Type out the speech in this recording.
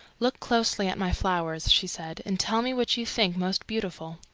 look closely at my flowers, she said, and tell me which you think most beautiful.